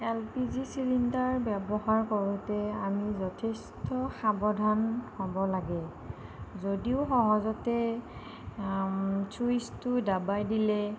L P G cylinder ব্যৱহাৰ কৰোঁতে আমি যথেষ্ট সাৱধান হ'ব লাগে যদিও সহজতে চুউছটো দাবায় দিলে